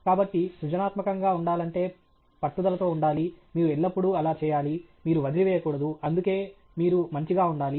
కాబట్టి సృజనాత్మకంగా ఉండాలంటే పట్టుదలతో ఉండాలి మీరు ఎల్లప్పుడూ అలా చేయాలి మీరు వదిలివేయకూడదు అందుకే మీరు మంచిగా ఉండాలి